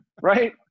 right